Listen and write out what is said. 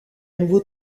nouveau